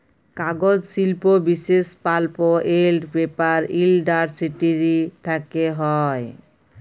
কাগজ শিল্প বিশেষ পাল্প এল্ড পেপার ইলডাসটিরি থ্যাকে হ্যয়